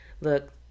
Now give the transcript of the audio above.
Look